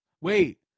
Wait